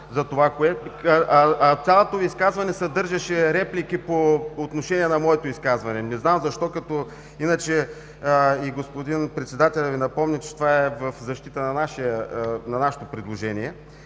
Цялото Ви изказване съдържаше реплики по отношение на моето изказване. Не знам защо, като иначе и господин председателят Ви напомни, че това е в защита на нашето предложение.